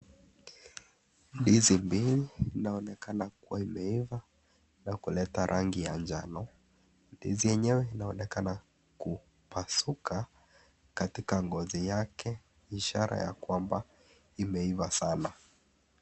Ndizi mbili, inaonekana kuwa imeiva na kuleta rangi ya njano. Ndizi yenyewe inaonekana kupasuka katika ngozi yake ishara ya kwamba imeiva sana.